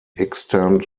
extent